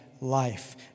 life